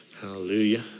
Hallelujah